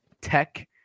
tech